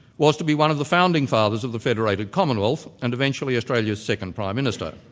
was to be one of the founding fathers of the federated commonwealth, and eventually australia's second prime minister.